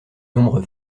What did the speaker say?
nombre